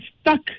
stuck